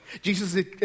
Jesus